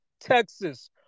Texas